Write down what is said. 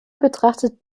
betrachtet